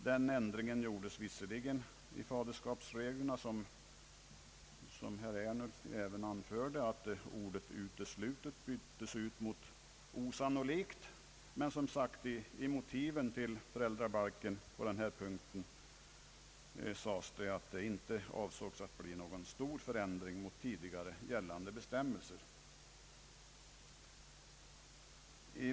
Den ändringen gjordes visserligen i faderskapsreglerna, som herr Ernulf nämnde, att ordet »uteslutet» byttes ut mot »osannolikt», men i motiven till föräldrabalken sades på denna punkt, som sagt, att avsikten inte var att det skulle bli någon stor förändring mot tidigare gällande bestämmelser.